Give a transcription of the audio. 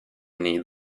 need